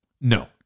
No